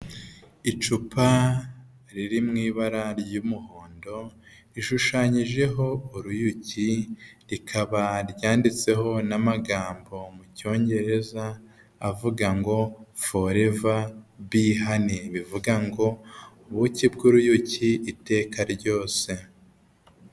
Icupa riri mu ibara ry'umuhondo rishushanyijeho uruyuki, rikaba ryanditseho n'amagambo mu cyongereza avuga ngo ''foreva bihani'' bivuga ngo ubuki bw'uruyuki iteka ryose.